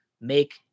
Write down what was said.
make